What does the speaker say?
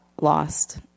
lost